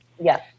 Yes